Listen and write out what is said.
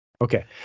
okay